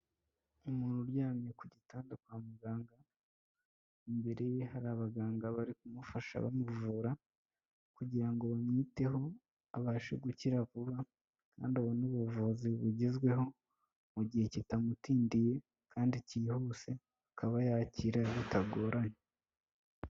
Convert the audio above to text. Umuntu uryamye ku gitanda kwa muganga imbere ye hari abaganga bari kumufasha bamuvura, kugira ngo bamwiteho abashe gukira vuba kandi abone ubuvuzi bugezweho, mu gihe kitamutindiye kandi cyihuse akaba yakira bitagoranye.